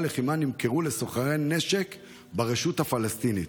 הלחימה נמכרו לסוחרי נשק ברשות הפלסטינית,